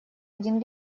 один